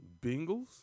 Bengals